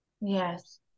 Yes